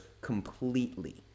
completely